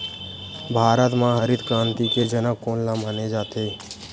भारत मा हरित क्रांति के जनक कोन ला माने जाथे?